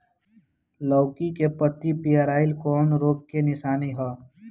लौकी के पत्ति पियराईल कौन रोग के निशानि ह?